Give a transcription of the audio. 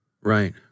Right